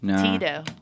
Tito